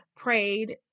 Prayed